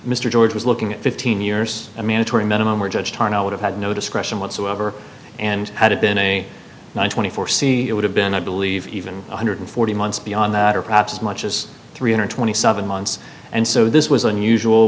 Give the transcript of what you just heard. mr george was looking at fifteen years i mean atory minimum were judged on i would have had no discretion whatsoever and had it been a twenty four c it would have been i believe even one hundred forty months beyond that or perhaps as much as three hundred twenty seven months and so this was unusual